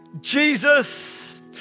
Jesus